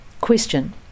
Question